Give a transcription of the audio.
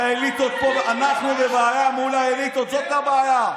שאנחנו בבעיה מול האליטות, זאת הבעיה.